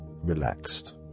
relaxed